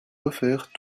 refaire